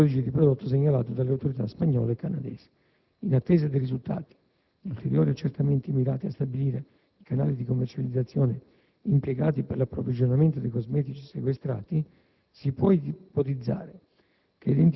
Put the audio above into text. le tipologie di prodotto segnalate dalle Autorità spagnole e canadesi. In attesa dei risultati di ulteriori accertamenti mirati a stabilire i canali di commercializzazione impiegati per l'approvvigionamento dei cosmetici sequestrati si può ipotizzare